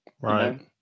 right